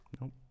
nope